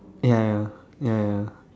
ya ya ya ya